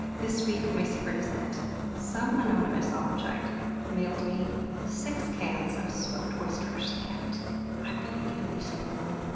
this week my secret is that some anonymous ah ologite mailed me six cans of smoked oysters, and i am going to eat at least one of them,